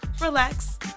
relax